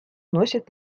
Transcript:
носит